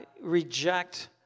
reject